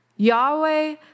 Yahweh